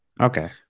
okay